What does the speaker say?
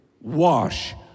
wash